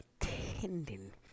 attending